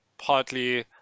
partly